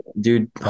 dude